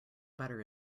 butter